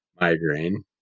migraine